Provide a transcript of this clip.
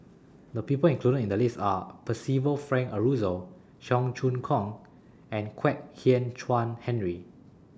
The People included in The list Are Percival Frank Aroozoo Cheong Choong Kong and Kwek Hian Chuan Henry